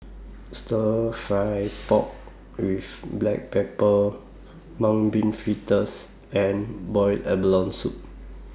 Stir Fry Pork with Black Pepper Mung Bean Fritters and boiled abalone Soup